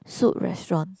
Soup Restaurant